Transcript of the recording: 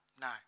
no